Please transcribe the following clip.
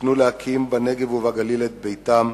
יפנו להקים בנגב ובגליל את ביתם,